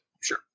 Sure